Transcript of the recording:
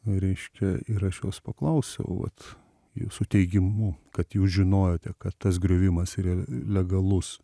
reiškia ir aš jos paklausiau vat jūsų teigimu kad jūs žinojote kad tas griovimas yra legalus